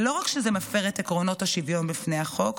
לא רק שזה מפר את עקרונות השוויון בפני החוק,